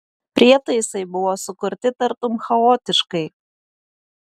prietaisai buvo sukurti tartum chaotiškai